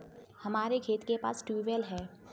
हमारे खेत के पास ही ट्यूबवेल है